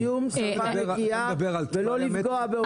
משפטי סיום, שפה נקייה, ולא לפגוע בעובדי ציבור.